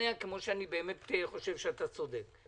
ואשתכנע כמו שבאמת אני חושב שאתה צודק?